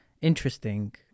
interesting